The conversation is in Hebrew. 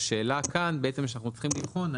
השאלה כאן שאנחנו צריכים לבחון,